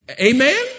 Amen